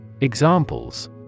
Examples